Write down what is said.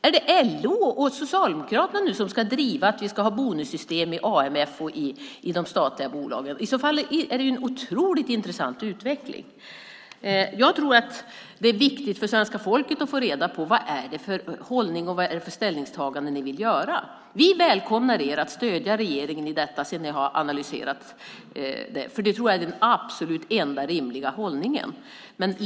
Är det LO och Socialdemokraterna som nu ska driva att vi ska ha bonussystem i AMF och i de statliga bolagen? I så fall är det en otroligt intressant utveckling. Jag tror att det är viktigt för svenska folket att få reda på vad det är för hållning ni intar och vilka ställningstaganden ni vill göra. Vi välkomnar er att stödja regeringen sedan ni har analyserat detta, för det tror jag är den absolut enda rimliga hållningen.